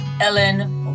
Ellen